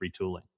retooling